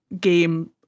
game